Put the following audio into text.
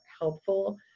helpful